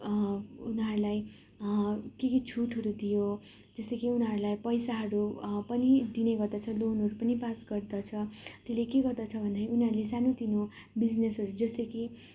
उनीहरूलाई के के छुटहरू दियो जस्तै कि उनीहरूलाई पैसाहरू पनि दिने गर्दछ लोनहरू पनि पास गर्दछ त्यसले के गर्दछ भन्दाखेरि उनीहरूले सानोतिनो बिजनेसहरू जस्तै कि